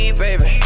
baby